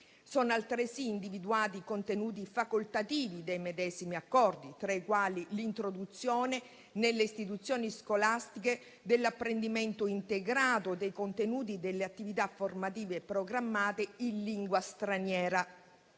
Sono altresì individuati i contenuti facoltativi dei medesimi accordi, tra i quali l'introduzione nelle istituzioni scolastiche dell'apprendimento integrato dei contenuti e delle attività formative programmate in lingua straniera;